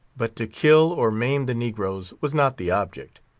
but to kill or maim the negroes was not the object.